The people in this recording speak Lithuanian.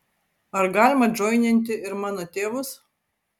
ar galima džoininti ir mano tėvus